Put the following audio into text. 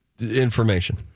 information